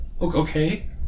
Okay